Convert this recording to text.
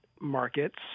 markets